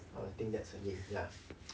I think that's her name ya